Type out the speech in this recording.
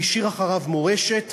הוא השאיר אחריו מורשת.